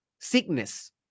Sickness